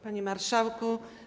Panie Marszałku!